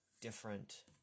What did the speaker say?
different